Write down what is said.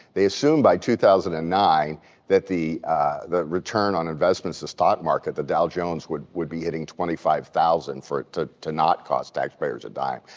they assumed by two thousand and nine that the the return on investments the stock market, the dow jones would would be hitting twenty five thousand to to not cost taxpayers a dime.